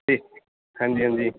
ਅਤੇ ਹਾਂਜੀ ਹਾਂਜੀ